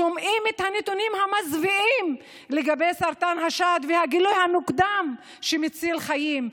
שומעים את הנתונים המזוויעים לגבי סרטן השד והגילוי המוקדם שמציל חיים.